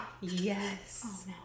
Yes